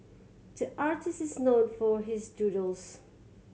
the artists is known for his doodles